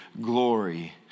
glory